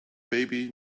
baby